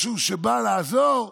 משהו שבא לעזור,